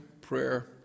prayer